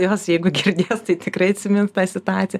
jos jeigu girdės tai tikrai atsimins tą situaciją